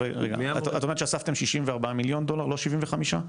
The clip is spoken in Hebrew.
את אומרת שאספתם 64 מיליון דולר, לא 75 מיליון?